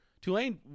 Tulane